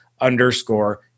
underscore